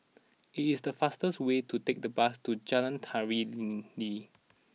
it is fastest way to take the bus to Jalan Tari Lilin